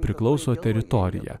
priklauso teritorija